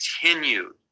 continued